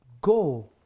Go